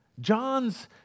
John's